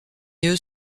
eux